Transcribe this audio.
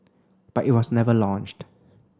but it was never launched